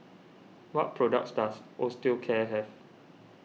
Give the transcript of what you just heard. what products does Osteocare have